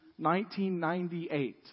1998